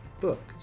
book